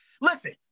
Listen